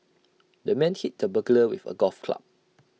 the man hit the burglar with A golf club